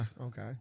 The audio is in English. okay